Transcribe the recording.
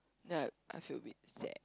ya I feel a bit sad